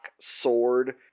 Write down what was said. sword